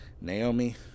Naomi